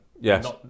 Yes